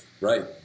Right